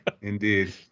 Indeed